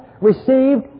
received